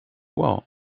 wall